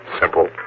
Simple